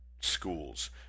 schools